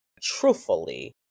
truthfully